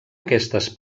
aquestes